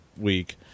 week